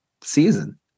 season